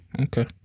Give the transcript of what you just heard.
Okay